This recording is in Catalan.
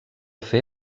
fer